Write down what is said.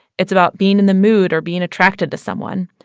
it's about being in the mood, or being attracted to someone.